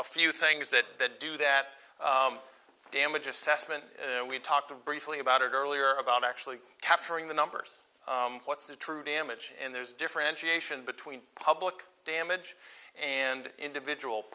a few things that do that damage assessment we talked briefly about it earlier about actually capturing the numbers what's the true damage and there's differentiation between public damage and individual